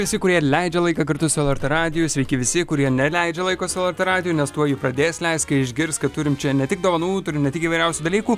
visi kurie leidžia laiką kartu su lrt radiju sveiki visi kurie neleidžia laiko su lrt radiju nes tuoj jį pradės leist kai išgirs kad turim čia ne tik dovanų turim ne tik įvairiausių dalykų